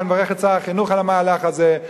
ואני מברך את שר החינוך על המהלך הזה,